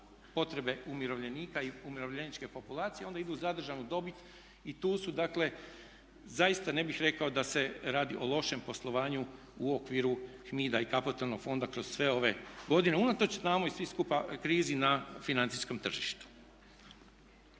potrebe umirovljenika i umirovljeničke populacije onda idu u zadržanu dobit i tu su. Dakle zaista ne bih rekao da se radi o loše poslovanju u okviru HMID-a i kapitalnog fonda kroz sve ove godine unatoč znamo i svi skupa krizi na financijskom tržištu.